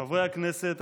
הכנסת.